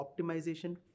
optimization